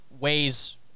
weighs